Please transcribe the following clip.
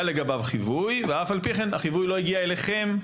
לגביו חיווי ועל אף פי כן החיווי לא הגיע אליכם,